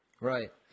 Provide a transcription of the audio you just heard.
Right